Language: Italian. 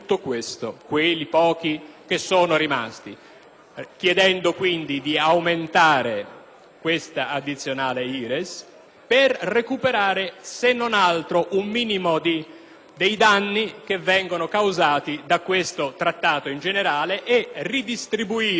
chiedendo di aumentare l'addizionale IRES per recuperare, se non altro, un minimo dei danni che vengono causati da questo Trattato in generale e ridistribuire il danaro italiano a degli italiani.